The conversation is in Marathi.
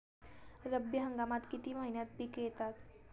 रब्बी हंगामात किती महिन्यांत पिके येतात?